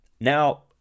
Now